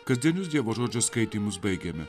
kasdienius dievo žodžio skaitymus baigiame